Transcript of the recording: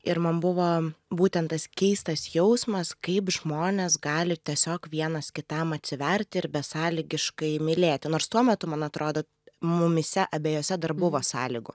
ir man buvo būtent tas keistas jausmas kaip žmonės gali tiesiog vienas kitam atsiverti ir besąlygiškai mylėti nors tuo metu man atrodo mumyse abejose dar buvo sąlygų